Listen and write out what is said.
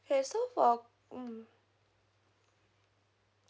okay so for mm